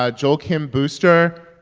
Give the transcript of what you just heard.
ah joel kim booster.